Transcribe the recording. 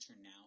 now